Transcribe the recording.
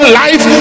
life